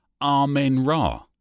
Amen-Ra